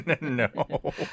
no